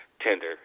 tender